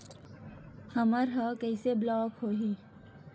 हमर ह कइसे ब्लॉक होही?